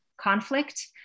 conflict